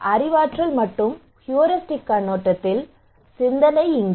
அறிவாற்றல் மற்றும் ஹூரிஸ்டிக் கண்ணோட்டத்தில் சிந்தனை இங்கே